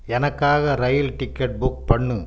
எனக்காக rail ticket book பண்ணு